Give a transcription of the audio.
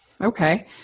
Okay